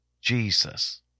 Jesus